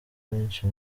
benshi